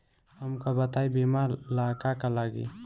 हमका बताई बीमा ला का का लागी?